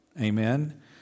Amen